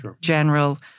general